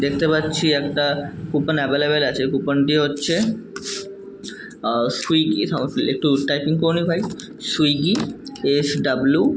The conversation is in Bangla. দেখতে পাচ্ছি একটা কুপন অ্যাভেলেবল আছে কুপনটি হচ্ছে সুইগি থাম একটু টাইপিং করে নে ভাই সুইগি এফ ডাব্লু